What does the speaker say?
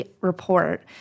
report